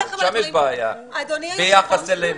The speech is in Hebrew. שם יש בעיה ביחס אלינו.